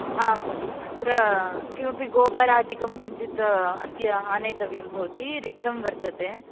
आं तत्र किमपि गोबरादिकं किञ्चित् अद्य आनेतव्यं भवति रिक्तं वर्तते